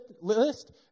list